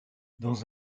dans